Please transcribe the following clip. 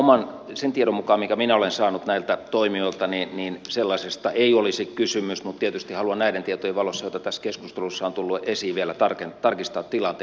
sen tiedon mukaan minkä minä olen saanut näiltä toimijoilta sellaisesta ei olisi kysymys mutta tietysti haluan näiden tietojen valossa joita tässä keskustelussa on tullut esiin vielä tarkistaa tilanteen